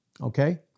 Okay